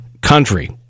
country